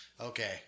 Okay